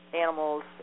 animals